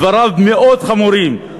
דבריו מאוד חמורים.